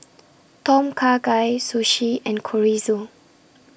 Tom Kha Gai Sushi and Chorizo